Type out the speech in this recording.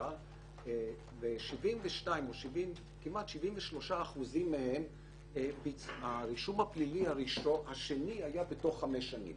מאסר ל-73% מהם הרישום הפלילי השני היה בתוך 5 שנים.